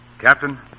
Captain